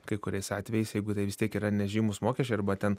kai kuriais atvejais jeigu tai vis tiek yra nežymūs mokesčiai arba ten